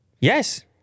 Yes